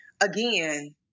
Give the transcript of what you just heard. again